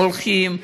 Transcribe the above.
הולכים,